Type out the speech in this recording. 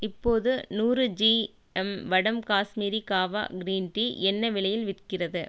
இப்போது நூறு ஜிஎம் வடம் காஷ்மீரி காவா கிரீன் டீ என்ன விலையில் விற்கிறது